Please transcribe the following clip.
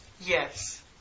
Yes